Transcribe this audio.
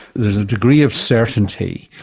there's a degree of certainty.